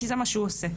כי זה מה שהוא עושה,